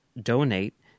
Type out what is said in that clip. donate